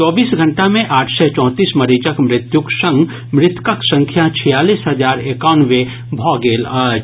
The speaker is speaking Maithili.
चौबीस घंटा मे आठ सय चौंतीस मरीजक मृत्युक संग मृतकक संख्या छियालीस हजार एकानवे भऽ गेल अछि